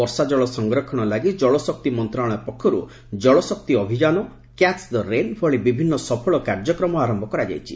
ବର୍ଷାଚ୍ଚଳ ସଂରକ୍ଷଣ ଲାଗି ଜଳଶକ୍ତି ମନ୍ତ୍ରଣାଳୟ ପକ୍ଷରୁ ଜଳଶକ୍ତି ଅଭିଯାନ କ୍ୟାଚ୍ ଦ ରେନ୍ ଭଳି ବିଭିନ୍ନ ସଫଳ କାର୍ଯ୍ୟକ୍ରମ ଆରମ୍ଭ କରାଯାଇଛି